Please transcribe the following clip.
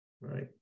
Right